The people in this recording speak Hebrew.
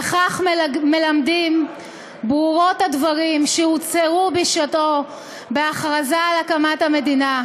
וכך מלמדים ברורות הדברים שהוצהרו בשעתו בהכרזה על הקמת המדינה,